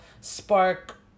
spark